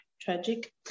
tragic